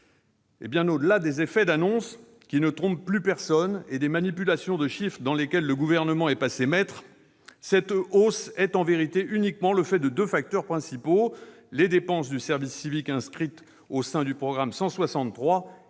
triennal. Au-delà des effets d'annonce, qui ne trompent plus personne, et des manipulations de chiffres, dans lesquels le Gouvernement est passé maître, cette augmentation est, en vérité, uniquement le fait de deux facteurs principaux : les dépenses du service civique inscrites au sein du programme 163 et